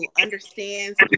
understands